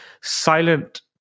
silent